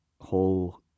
whole